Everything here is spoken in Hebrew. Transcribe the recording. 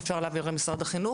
שאפשר להעביר למשרד החינוך?